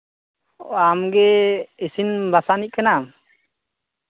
ᱟᱢᱜᱮ ᱤᱥᱤᱱ ᱵᱟᱥᱟᱝᱤᱡ ᱠᱟᱱᱟᱢ